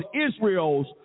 Israel's